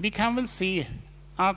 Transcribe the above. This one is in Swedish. Vi kan se av